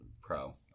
pro